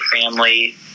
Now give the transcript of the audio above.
family